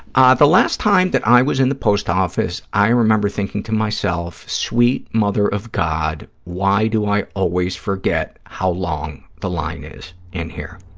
ah the last time that i was in the post office, i remember thinking to myself, sweet mother of god, why do i always forget how long the line is in here?